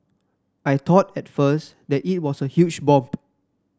I thought at first that it was a huge bomb